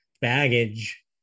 baggage